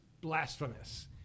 blasphemous